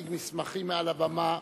להציג מסמכים מעל הבמה